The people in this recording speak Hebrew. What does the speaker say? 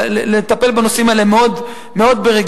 לטפל בנושאים האלו מאוד ברגישות,